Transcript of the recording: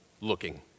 looking